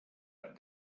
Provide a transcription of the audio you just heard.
but